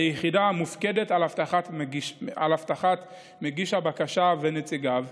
היחידה מופקדת על אבטחת מגיש הבקשה ונציגיו,